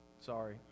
sorry